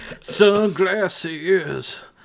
Sunglasses